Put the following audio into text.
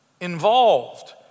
involved